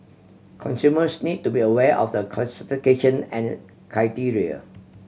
consumers need to be aware of the certification and criteria